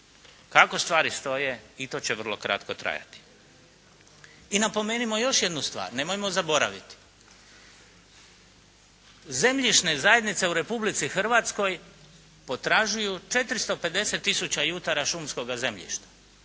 Kako stvari stoje i to će vrlo kratko trajati. I napomenimo još jednu stvar, nemojmo zaboraviti zemljišne zajednice u Republici Hrvatskoj potražuju 450 tisuća jutara šumskoga zemljišta.